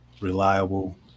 reliable